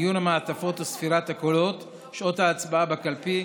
מיון המעטפות וספירת הקולות, שעות ההצבעה בקלפי,